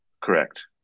Correct